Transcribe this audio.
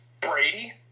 Brady